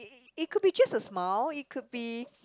it could be just a smile it could be